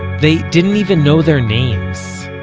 they didn't even know their names.